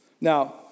Now